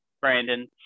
Brandon